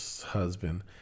husband